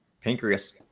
pancreas